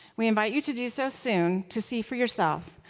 we invite you to do so soon, to see for yourself,